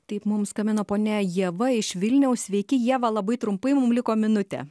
taip mum skambina ponia ieva iš vilniaus sveiki ieva labai trumpai mum liko minutė